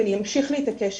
ואני אמשיך להתעקש,